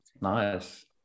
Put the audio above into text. Nice